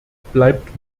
bleibt